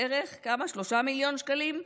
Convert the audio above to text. בערך 3 מיליון שקלים,